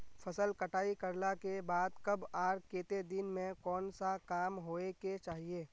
फसल कटाई करला के बाद कब आर केते दिन में कोन सा काम होय के चाहिए?